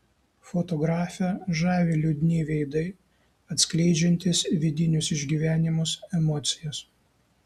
fotografę žavi liūdni veidai atskleidžiantys vidinius išgyvenimus emocijas